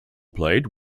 played